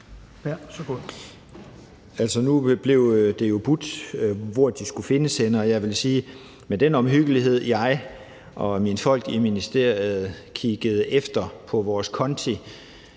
Nu blev det jo budt, hvor de skulle findes henne, og med den omhyggelighed, jeg og mine folk i ministeriet kiggede efter på vores konti,